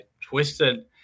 twisted